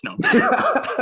no